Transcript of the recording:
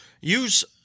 Use